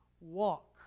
walk